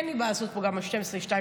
אין לי מה לעשות פה גם עד 24:00